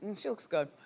and she looks good.